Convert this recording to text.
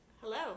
hello